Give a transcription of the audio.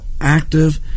active